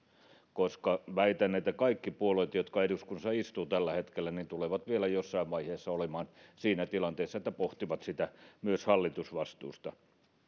koska väitän että kaikki puolueet jotka eduskunnassa istuvat tällä hetkellä tulevat vielä jossain vaiheessa olemaan siinä tilanteessa että pohtivat sitä myös hallitusvastuussa